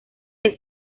que